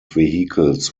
vehicles